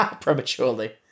Prematurely